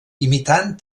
imitant